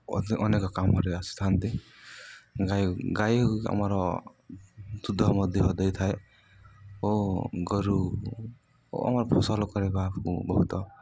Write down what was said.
ଅନେକ କାମରେ ଆସିଥାନ୍ତି ଗାଈ ଗାଈ ଆମର ଦୁଗ୍ଧ ମଧ୍ୟ ଦେଇଥାଏ ଓ ଗୋରୁ ଓ ଆମର ଫସଲ କରିବାକୁ ବହୁତ